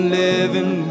living